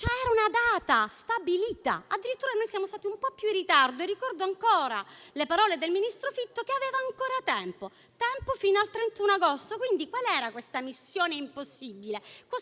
C'era una data stabilita e addirittura noi siamo stati un po' in ritardo. Ricordo ancora le parole del ministro Fitto, che diceva di avere ancora tempo fino al 31 agosto. Quindi qual era questa missione impossibile?